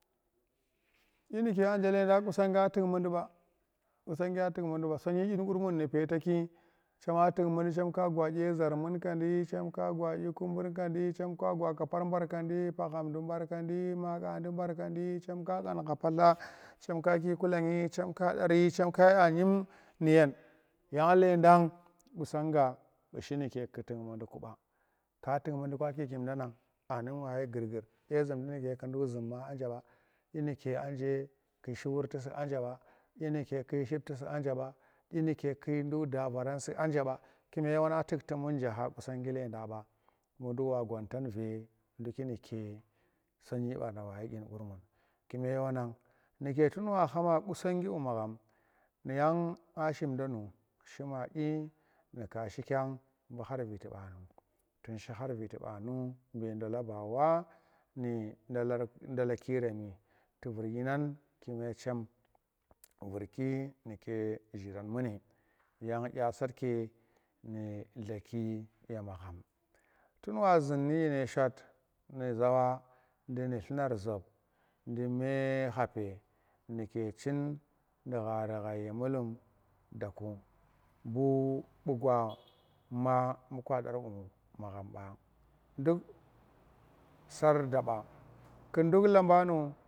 dyi nuge nje lendang qusangin tuk mundi mba, qusangin a tuk mundi mba sonyi dyin kurmun nu pete ki chema tuk mundi, chem ka gwa dye sari chem ka za dyi zar munkan di, chem ka gwa kapar mbarkandi, paghamdi mbarkandi. ma kandi barkandi chem ka khangha palla, chem ka ki kulanyichem ka yi dari cham ka yi anum nu yen yan lendang qusaanga mbu shi nuge ku tuk mundi ku mba, ka tuk mundi kwa kikimdangan? anum wayi gurgur dye zhumdi nuge ku duk zhum ma anje ba inuge anje ma tu shi wurti sianje mba inuge ku yi shipti si anje mba inue dukk da varasi anje ha qusangi lendang mba dukk wa gwantan vee dukki ku nuge sonyi mbanda wayi dyin kurmun kume wanan nuge tun wa hama qusangimbu magham yan ashimdanu shima kyen nu ka shikyen mbu har viiti mba nu tun shi har viti mba nu vee ndola mba wa ni ndola ndolakiremi tu vur yinang kume chem vurki nu ke zhiran muni yan nda satke nu dlaki ye magham tun wa zhin nine shot nyeza ndi nu dlar zop ninu dlanar hape nuge chin nu ghari xhai ye mulum da ku mbu mbuu gwa ma mbu kwadar mbu magham mba nduk sar da mba ku nduk lamba nu.